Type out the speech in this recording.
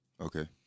Okay